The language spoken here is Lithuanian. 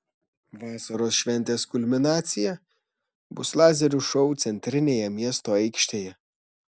vasaros šventės kulminacija bus lazerių šou centrinėje miesto aikštėje